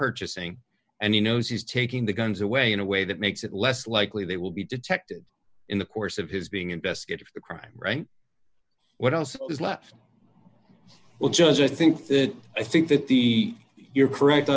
purchasing and he knows he's taking the guns away in a way that makes it less likely they will be detected in the course of his being investigated for the crime right what else is left well jones i think that i think that the you're correct